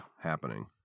happening